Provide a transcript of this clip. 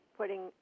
putting